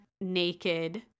naked